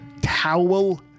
Towel